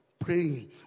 praying